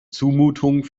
zumutung